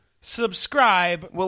subscribe